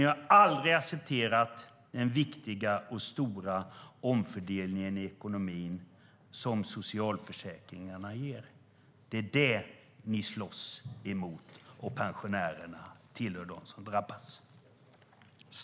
Ni har aldrig accepterat den viktiga och stora omfördelningen i ekonomin som socialförsäkringarna ger. Det är vad ni slåss mot, och pensionärerna hör till dem som drabbas.